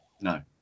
No